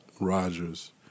Rodgers